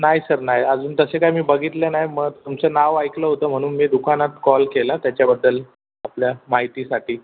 नाही सर नाही अजून तशी काय मी बघितल्या नाही मग तुमचं नाव ऐकलं होतं म्हणून मी दुकानात कॉल केला त्याच्याबद्दल आपल्या माहितीसाठी